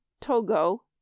Togo